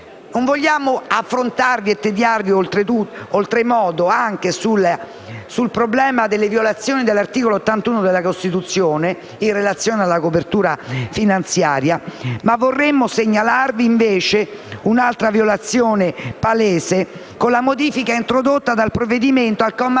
Non vogliamo tediarvi oltremodo anche sul problema delle violazioni dell'articolo 81 della Costituzione, in relazione alla copertura finanziaria, ma vorremmo segnalarvi invece un'altra violazione palese, con la modifica introdotta dal provvedimento al comma